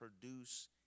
produce